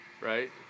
Right